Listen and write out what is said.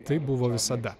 taip buvo visada